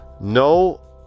no